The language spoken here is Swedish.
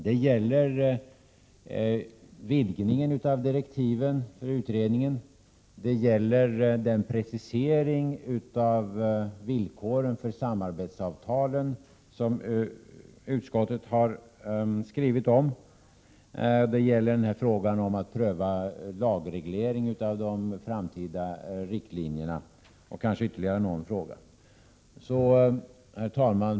Det gäller vidgningen av direktiven för utredningen, den precisering av villkoren för samarbetsavtalen som utskottet har skrivit om, frågan om att pröva lagreglering av de framtida riktlinjerna, och kanske någon ytterligare fråga. Herr talman!